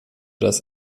das